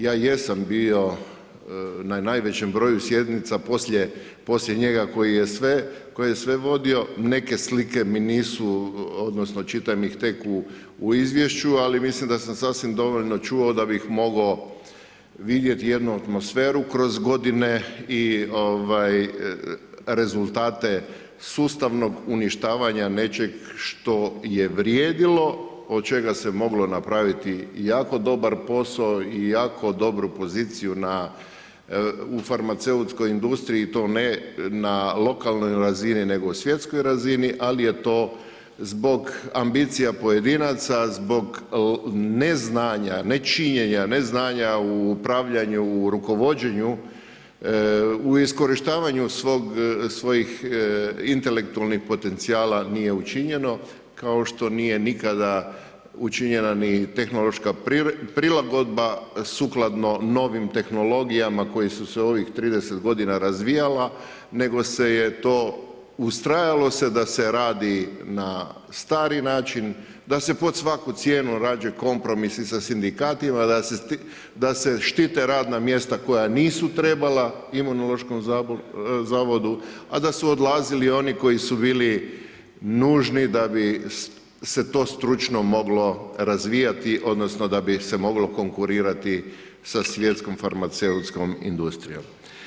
Ja jesam bio na najvećem broju sjednica poslije njega koji je sve vodio, neke slike mi nisu, odnosno čitam ih tek u izvješću, ali mislim da sam sasvim dovoljno čuo da bih mogao vidjeti jednu atmosferu kroz godine i rezultate sustavnog uništavanja nečeg što je vrijedilo, od čega se moglo napraviti jako dobar posao i jako dobru poziciju u farmaceutskoj industriji i to ne lokalnoj razini, nego svjetskoj razini, ali je to zbog ambicija pojedinaca, zbog neznanja, ne činjenja, neznanja u upravljanju, u rukovođenju, u iskorištavanju svojih intelektualnih potencijala nije učinjeno, kao što nije nikada učinjena ni tehnološka prilagodba sukladno novim tehnologijama koje su se ovih 30 godina razvijala, nego se to ustrajalo da se radi na stari način, da se pod svaku cijenu rađaju kompromisi sa sindikatima, da se štite radna mjesta koja nisu trebala Imunološkom zavodu, a da su odlazili oni koji su bili nužni da bi se to stručno moglo razvijati, odnosno da bi se moglo konkurirati sa svjetskom farmaceutskom industrijom.